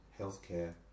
healthcare